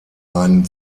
einen